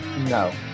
No